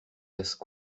laissent